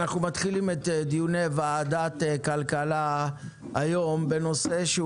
אנחנו מתחילים את דיוני ועדת הכלכלה היום בנושא שהוא